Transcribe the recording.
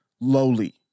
lowly